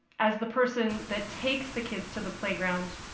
as the person that takes the kids to the playground,